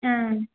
ஆ